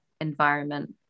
environment